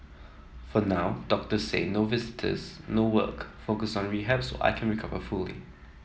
for now doctors say no visitors no work focus on rehab so I can recover fully